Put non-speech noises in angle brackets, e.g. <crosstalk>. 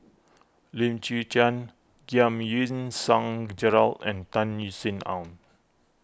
Lim Chwee Chian Giam Yean Song Gerald and Tan <unintelligible> Sin Aun